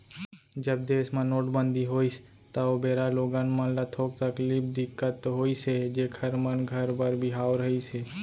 जब देस म नोटबंदी होइस त ओ बेरा लोगन मन ल थोक तकलीफ, दिक्कत तो होइस हे जेखर मन घर बर बिहाव रहिस हे